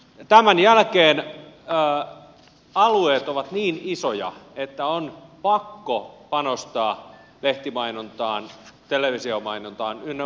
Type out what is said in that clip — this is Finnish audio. tämän jälkeen alueet ovat niin isoja että on pakko panostaa lehtimainontaan televisiomainontaan ynnä muuta